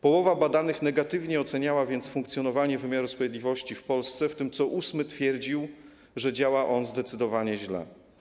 Połowa badanych negatywnie oceniała więc funkcjonowanie wymiaru sprawiedliwości w Polsce, w tym co ósmy twierdził, że działa on zdecydowanie źle.